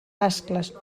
ascles